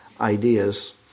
ideas